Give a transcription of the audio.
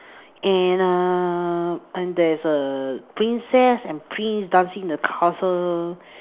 and err and there's a princess and prince dancing in the castle